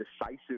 decisive